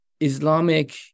Islamic